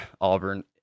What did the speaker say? Auburn